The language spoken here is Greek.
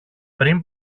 πριν